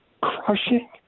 crushing